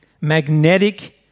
magnetic